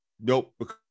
nope